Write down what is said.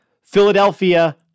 Philadelphia